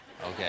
Okay